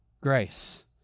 grace